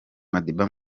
madiba